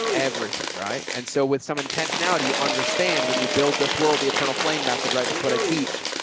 everything. right? and so with some intentionality, you understand, when you build this world, the eternal flame method, right? that's what i teach.